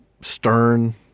stern